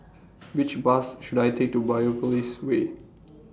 Which Bus should I Take to Biopolis Way